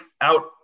out